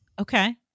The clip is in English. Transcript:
okay